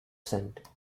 scent